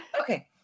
Okay